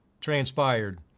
transpired